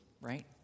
right